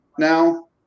Now